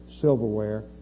silverware